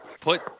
put –